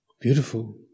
beautiful